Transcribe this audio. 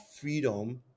freedom